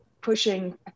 pushing